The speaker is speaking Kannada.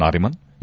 ನಾರಿಮನ್ ಎ